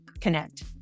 connect